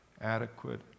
adequate